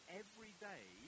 everyday